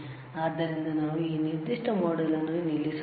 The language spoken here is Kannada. ಆದ್ದರಿಂದ ನಾವು ಈ ನಿರ್ದಿಷ್ಟ ಮಾಡ್ಯೂಲ್ ಅನ್ನು ನಿಲ್ಲಿಸುತ್ತೇವೆ